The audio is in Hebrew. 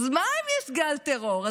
אז מה אם יש גל טרור?